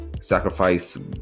sacrifice